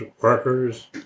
workers